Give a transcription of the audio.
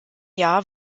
jahr